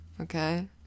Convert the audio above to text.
okay